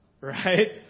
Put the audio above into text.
right